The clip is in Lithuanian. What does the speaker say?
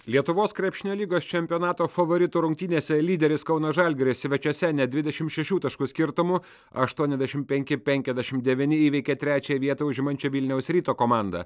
lietuvos krepšinio lygos čempionato favoritų rungtynėse lyderis kauno žalgiris svečiuose net dvidešim šešių taškų skirtumu aštuoniasdešim penki penkiasdešim devyni įveikė trečiąją vietą užimančią vilniaus ryto komandą